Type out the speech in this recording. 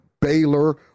Baylor